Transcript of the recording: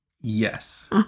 Yes